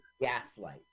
Gaslight